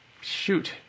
shoot